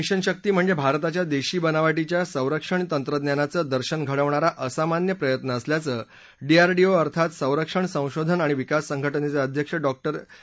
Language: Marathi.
भारताचं मिशन शक्ती म्हणजे भारताच्या देशी बनावटीच्या संरक्षण तंत्रज्ञानाचं दर्शन घडवणारा असामान्य प्रयत्न असल्याचं डीआरडीओ अर्थात संरक्षण संशोधन आणि विकास संघटनेचे अध्यक्ष डॉ